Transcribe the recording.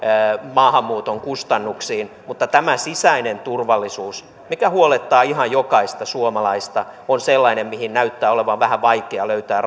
maahanmuuton kustannuksiin mutta tämä sisäinen turvallisuus mikä huolettaa ihan jokaista suomalaista on sellainen mihin näyttää olevan vähän vaikea löytää